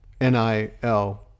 NIL